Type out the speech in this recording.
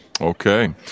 Okay